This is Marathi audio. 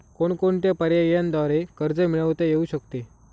कोणकोणत्या पर्यायांद्वारे कर्ज मिळविता येऊ शकते?